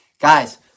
Guys